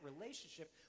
relationship